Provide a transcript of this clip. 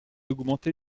augmenter